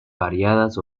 variadas